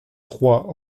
trois